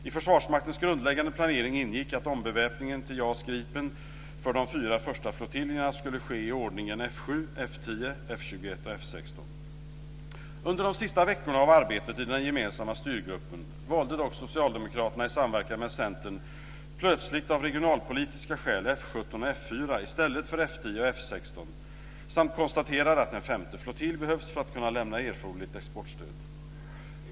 I Försvarsmaktens grundläggande planering ingick att ombeväpningen till JAS 39 Gripen för de fyra första flottiljerna skulle ske i ordningen F 7, F 10, F 21 och F 16. Under de sista veckorna av arbetet i den gemensamma styrgruppen valde dock Socialdemokraterna, i samverkan med Centern, plötsligt av regionalpolitiska skäl F 17 och F 4 i stället för F 10 och F 16 samt konstaterade att en femte flottilj behövs för att erforderligt exportstöd ska kunna lämnas.